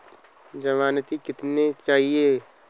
ज़मानती कितने चाहिये?